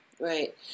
Right